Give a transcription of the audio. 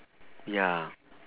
ya